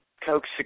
Coke